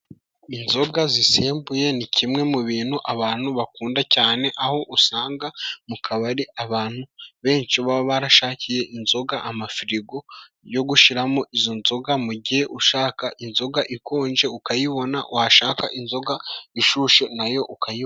Inzoga zisembuye ni kimwe mu bintu abantu bakunda cyane, aho usanga mu kabari abantu benshi baba barashakiye inzoga amafirigo yo gushiramo izo nzoga. mu gihe ushaka inzoga ikonje ukayibona, washaka inzoga ishushe nayo ukayiywa.